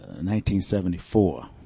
1974